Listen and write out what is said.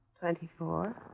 Twenty-four